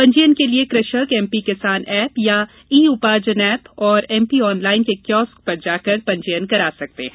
पंजीयन के लिए कृषक एमपी किसान एप या ई उपार्जन एप और एमपी ऑनलाइन के कियोस्क पर जाकर पंजीयन करा सकते है